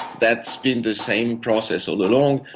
that's been the same process all along.